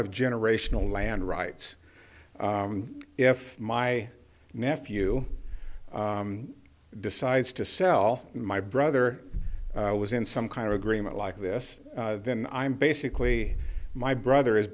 of generational land rights if my nephew decides to sell my brother was in some kind of agreement like this then i am basically my brother is